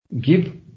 Give